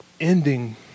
ending